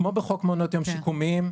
כמו בחוק מעונות יום שיקומיים.